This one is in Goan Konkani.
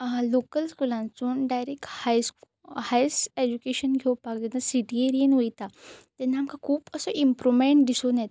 लोकल स्कुलांसून डायरॅक्ट हायस्क हायॅसट ऍज्युकेशन घेवपाक जेन्ना सिटी एरीयेन वयता तेन्ना आमकां खूब असो इम्प्रुवमँट दिसून येता